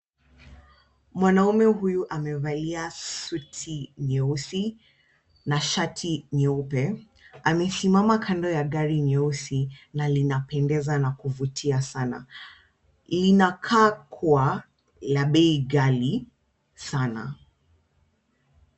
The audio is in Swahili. Mwanaume huyu amevalia suti nyeusi na shati nyeupe. Amesimama kando ya gari nyeusi na linapendeza na kuvutia sana. Inakaa kuwa ya bei ghali sana.